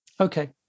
Okay